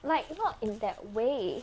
like not in that way